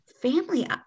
family